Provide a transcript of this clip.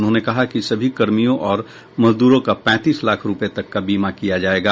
उन्होंने कहा कि सभी कर्मियों और मजदूरों का पैंतीस लाख रुपये तक का बीमा किया जायेगा